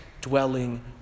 dwelling